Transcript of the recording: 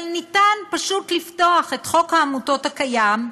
אבל אפשר פשוט לפתוח את חוק העמותות הקיים,